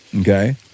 Okay